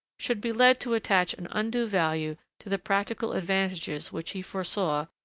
should be led to attach an undue value to the practical advantages which he foresaw,